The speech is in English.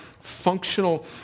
functional